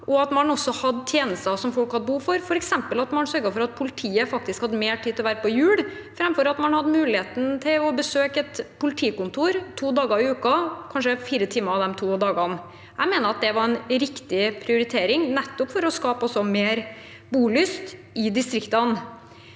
og at man også hadde tjenester som folk hadde behov for. For eksempel sørget vi for at politiet faktisk hadde mer tid til å være på hjul, framfor at man hadde muligheten til å besøke et politikontor to dager i uken, kanskje fire timer de to dagene. Jeg mener at det var en riktig prioritering, nettopp for å skape mer bolyst i distriktene.